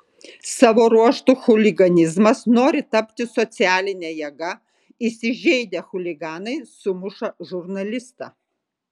savo ruožtu chuliganizmas nori tapti socialine jėga įsižeidę chuliganai sumuša žurnalistą